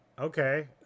okay